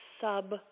sub